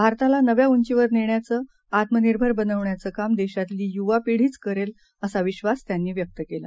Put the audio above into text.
भारतालानव्याउंचीवरनेण्याचं आत्मनिर्भरबनवण्याचंकामदेशातलीयुवापिढीचकरेलअसाविश्वास त्यांनीव्यक्तकेला